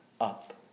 up